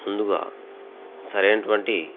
ముందుగా సరైనటువంటి